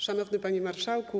Szanowny Panie Marszałku!